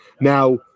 now